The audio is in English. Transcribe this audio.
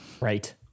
Right